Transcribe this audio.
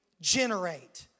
Generate